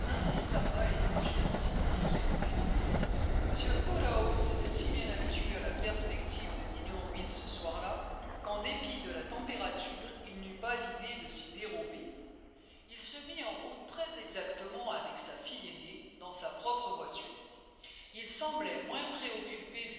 n'insista pas et ils marchèrent en silence jusqu'à highbury m woodhouse était si bien habitué à la perspective de dîner en ville ce soir là qu'en dépit de la température il n'eut pas l'idée de s'y dérober il se mit en route très exactement avec sa fille aînée dans sa propre voiture il semblait moins préoccupé